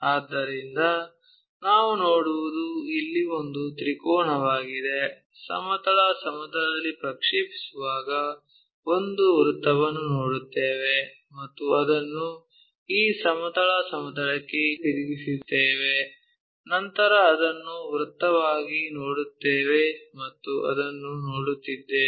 ಆದ್ದರಿಂದ ನಾವು ನೋಡುವುದು ಇಲ್ಲಿ ಒಂದು ತ್ರಿಕೋನವಾಗಿದೆ ಸಮತಲ ಸಮತಲದಲ್ಲಿ ಪ್ರಕ್ಷೇಪಿಸುವಾಗ ಒಂದು ವೃತ್ತವನ್ನು ನೋಡುತ್ತೇವೆ ಮತ್ತು ಅದನ್ನು ಈ ಸಮತಲ ಸಮತಲಕ್ಕೆ ತಿರುಗಿಸುತ್ತೇವೆ ನಂತರ ಅದನ್ನು ವೃತ್ತವಾಗಿ ನೋಡುತ್ತೇವೆ ಮತ್ತು ಅದನ್ನು ನೋಡುತ್ತಿದ್ದೇವೆ